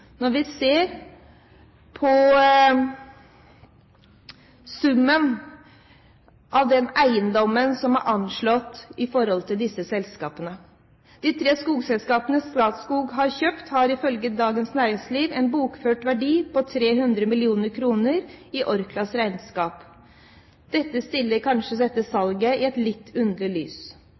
når vi ser på den summen som er anslått for disse tre selskapene. De tre skogselskapene Statskog har kjøpt, har ifølge Dagens Næringsliv en bokført verdi på 300 mill. kr i Orklas regnskaper. Dette stiller kanskje dette salget i et litt underlig lys.